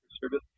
service